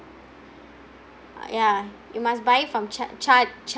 ya you must buy it from cha~ char~ char~